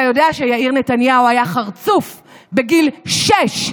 אתה יודע שיאיר נתניהו היה חרצוף בגיל שש,